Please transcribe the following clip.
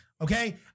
Okay